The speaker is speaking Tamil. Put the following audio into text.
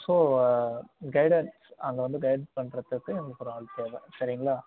ஸோ கைடன்ஸ் அங்கே வந்து கைடன்ஸ் பண்ணுறத்துக்கு எங்களுக்கு ஒரு ஆள் தேவை சரிங்களா